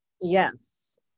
Yes